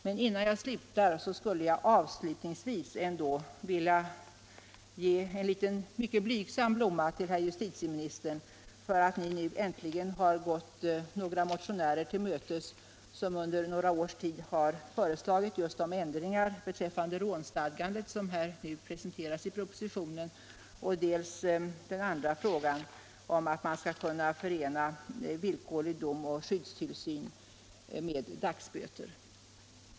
Men innan jag slutar skulle jag avslutningsvis vilja ge en mycket blygsam blomma till herr justitieministern för att han nu äntligen tillmötesgått de motionärer som under några års tid föreslagit dels de ändringar be Nr 43 träffande rånstadgandet som nu presenteras i propositionen, dels att man Torsdagen den skulle kunna förena villkorlig dom och skyddstillsyn med dagsböter.